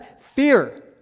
fear